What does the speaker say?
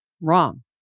Wrong